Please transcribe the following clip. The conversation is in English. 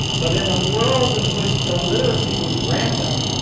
but in a world in which illiteracy was rampant,